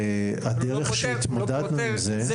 הדרך שבה התמודדנו עם זה --- העובדה